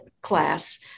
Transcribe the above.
class